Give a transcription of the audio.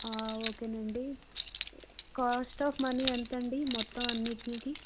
okay నండి cost of money ఎంత అండి మొత్తం అన్నిటికీ